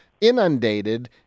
inundated